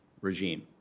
regime